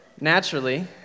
naturally